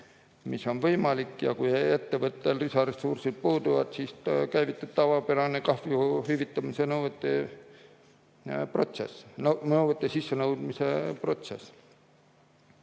mis on võimalik, ja kui ettevõttel lisaressursid puuduvad, siis käivitub tavapärane kahju hüvitamise nõude sissenõudmise protsess.